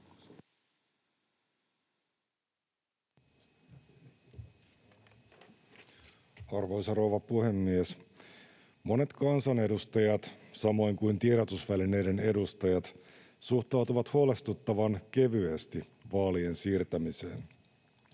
Arvoisa rouva puhemies! Monet kansanedustajat samoin kuin tiedotusvälineiden edustajat suhtautuvat huolestuttavan kevyesti vaalien siirtämiseen.